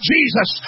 Jesus